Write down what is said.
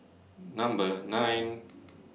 Number nine